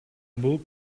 бул